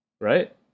Right